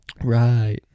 Right